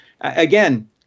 again